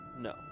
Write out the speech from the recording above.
No